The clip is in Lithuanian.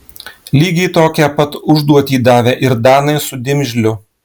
lygiai tokią pat užduotį davė ir danai su dimžliu